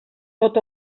tot